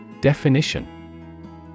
Definition